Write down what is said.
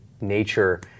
nature